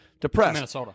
Depressed